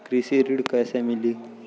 कृषि ऋण कैसे मिली?